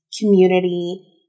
community